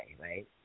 Right